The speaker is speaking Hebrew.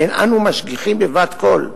אין אנחנו משגיחים בבת-קול.